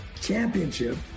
championship